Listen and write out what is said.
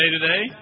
today